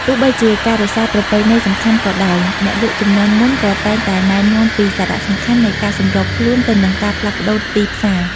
ទោះបីជាការរក្សាប្រពៃណីសំខាន់ក៏ដោយ អ្នកលក់ជំនាន់មុនក៏តែងតែណែនាំពីសារៈសំខាន់នៃការសម្របខ្លួនទៅនឹងការផ្លាស់ប្ដូរទីផ្សារ។